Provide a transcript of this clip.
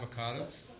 avocados